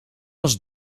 was